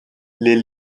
les